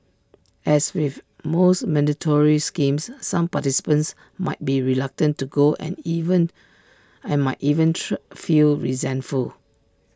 as with most mandatory schemes some participants might be reluctant to go and even and might even feel resentful